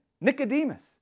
Nicodemus